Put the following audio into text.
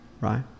Right